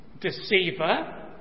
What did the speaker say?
deceiver